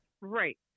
Right